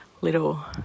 little